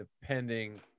depending